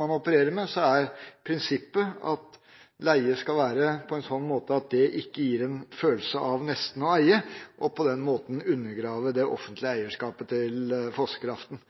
man opererer med, er prinsippet at leieforholdet skal være på en slik måte at det ikke gir en følelse av nesten å eie, og på den måten undergrave det offentlige eierskapet til fossekraften.